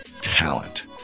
talent